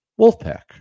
Wolfpack